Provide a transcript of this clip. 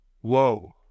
whoa